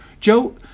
Joe